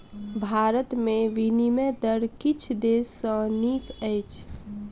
भारत में विनिमय दर किछ देश सॅ नीक अछि